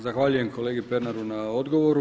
Zahvaljujem kolegi Pernaru na odgovoru.